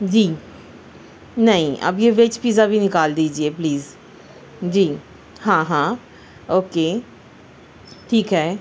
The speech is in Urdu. جی نہیں اب یہ ویج پزا بھی نکال دیجئے پلیز جی ہاں ہاں اوکے ٹھیک ہے